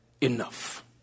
enough